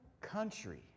country